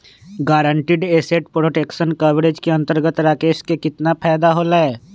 Guaranteed asset protection coverage के अंतर्गत राकेश के कितना फायदा होलय?